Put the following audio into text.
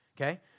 Okay